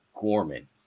Gorman